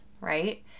right